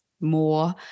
more